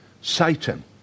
Satan